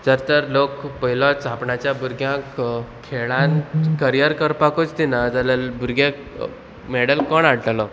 जर तर लोक पयलोच आपणाच्या भुरग्यांक खेळान करियर करपाकूच दिना जाल्यार भुरग्याक मॅडल कोण हाडटलो